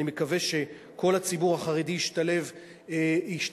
אני מקווה שכל הציבור החרדי ישתלב בגיוס.